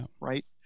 Right